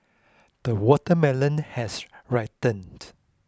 the watermelon has ripened